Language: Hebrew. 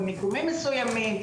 במיקומים מסוימים,